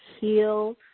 heal